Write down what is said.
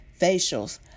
facials